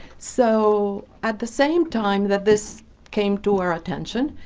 so, at the same time that this came to our attention,